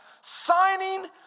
Signing